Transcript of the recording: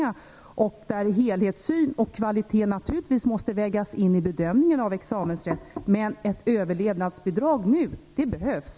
Naturligtvis måste helhetssyn och kvalitet vägas in i bedömningen av examensrätt. Men ett överlevnadsbidrag nu behövs!